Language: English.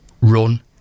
run